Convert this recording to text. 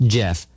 ，Jeff